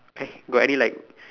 eh got any like